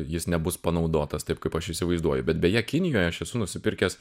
jis nebus panaudotas taip kaip aš įsivaizduoju bet beje kinijoje aš esu nusipirkęs